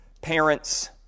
parents